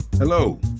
Hello